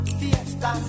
fiesta